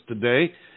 today